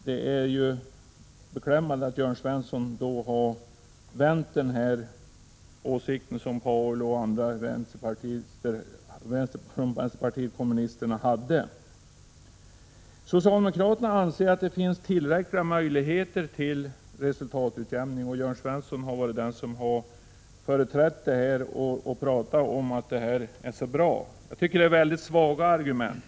Det är ju beklämmande att Jörn Svensson har vänt sig emot den åsikt som Paul Lestander och andra i vänsterpartiet kommunisterna hade. Socialdemokraterna anser att det finns tillräckliga möjligheter till resultatutjämning. Jörn Svensson är väl den som har företrätt denna uppfattning och pratat om att detta är så bra. Jag tycker det är svaga argument.